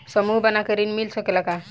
समूह बना के ऋण मिल सकेला का?